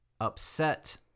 upset